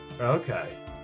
okay